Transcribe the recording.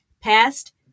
past